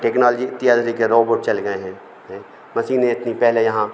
technology इत्यादि तरीक़े robot चल गए हैं हें मशीनें इतनी पहले यहाँ